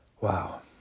Wow